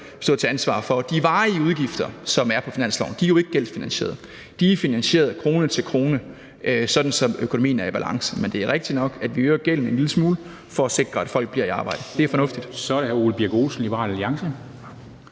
stå til ansvar for. De varige udgifter, som er på finansloven, er jo ikke gældsfinansieret. De er finansieret krone til krone, så økonomien er i balance. Men det er rigtigt nok, at vi øger gælden en lille smule for at sikre, at folk bliver i arbejde. Det er fornuftigt.